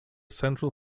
central